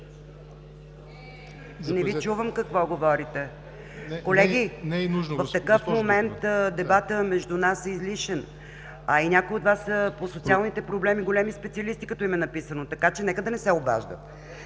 Дукова. СНЕЖАНА ДУКОВА: Колеги, в такъв момент дебатът между нас е излишен, а и някои от Вас по социалните проблеми са големи специалисти като им е написано. Така че нека да не се обаждат!